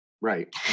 Right